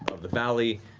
valley,